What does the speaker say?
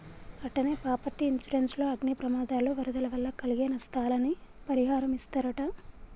అట్టనే property insurance లో అగ్ని ప్రమాదాలు, వరదల వల్ల కలిగే నస్తాలని పరిహారమిస్తరట